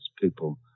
people